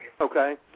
Okay